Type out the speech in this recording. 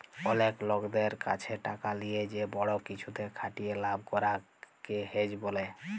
অলেক লকদের ক্যাছে টাকা লিয়ে যে বড় কিছুতে খাটিয়ে লাভ করাক কে হেজ ব্যলে